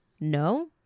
no